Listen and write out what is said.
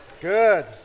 Good